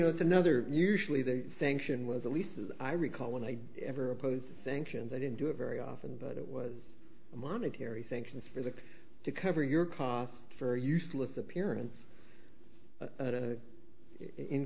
know it's another usually they think sion was at least as i recall when i ever opposed sanctions i didn't do it very often but it was a monetary sanction for the to cover your costs for useless appearance